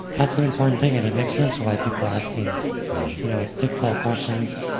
that's an important thing, and it makes sense why people are asking you know difficult questions.